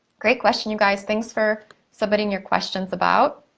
great question, you guys. thanks for submitting your questions about.